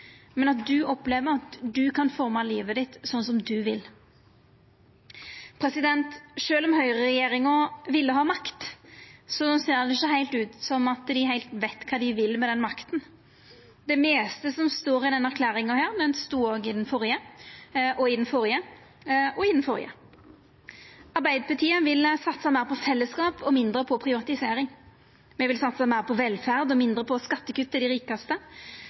men at du opplever at du kan forma livet ditt sånn som du vil. Sjølv om høgreregjeringa ville ha makt, ser det ikkje ut som dei heilt veit kva dei vil med den makta. Det meste som står i denne erklæringa, det stod òg i den førre, og i den førre – og i den førre. Arbeidarpartiet vil satsa meir på fellesskap og mindre på privatisering. Me vil satsa meir på velferd og mindre på skattekutt til dei rikaste,